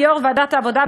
ליושב-ראש ועדת העבודה,